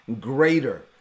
Greater